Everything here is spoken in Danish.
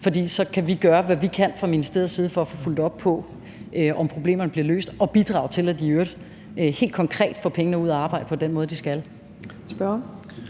For så kan vi gøre, hvad vi kan fra ministeriets side for at få fulgt op på, om problemerne bliver løst, og bidrage til, at man i øvrigt helt konkret får pengene ud at arbejde på den måde, de skal.